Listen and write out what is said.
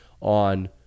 on